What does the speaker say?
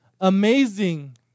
amazing